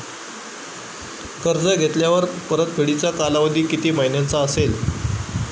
कर्ज घेतल्यावर परतफेडीचा कालावधी किती महिन्यांचा असेल?